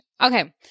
okay